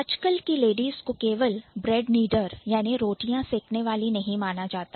आजकल की लेडीस को केवल Bread Kneader ब्रेड निडर रोटी सेकने वाली नहीं माना जाता है